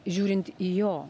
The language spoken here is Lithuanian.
žiūrint į jo